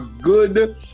good